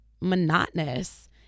monotonous